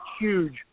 huge